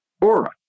aura